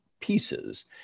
pieces